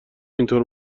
اینطور